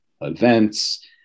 events